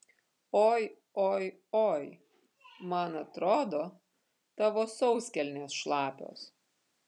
oi oi oi man atrodo tavo sauskelnės šlapios